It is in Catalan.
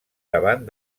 davant